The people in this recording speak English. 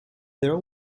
there